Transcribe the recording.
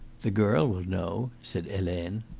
the girl will know, said helene.